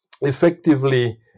effectively